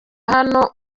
hano